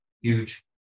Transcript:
huge